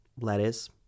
lettuce